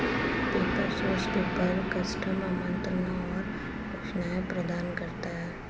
paper source paper, custom आमंत्रण और घोषणाएं प्रदान करता है